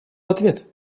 ответ